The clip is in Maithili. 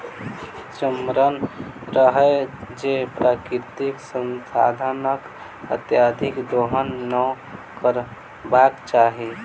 स्मरण रहय जे प्राकृतिक संसाधनक अत्यधिक दोहन नै करबाक चाहि